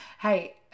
Hey